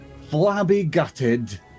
flabby-gutted